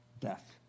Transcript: Death